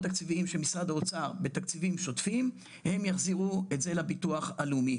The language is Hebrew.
תקציביים של משרד האוצר ותקציבים שוטפים הם יחזירו את זה לביטוח הלאומי.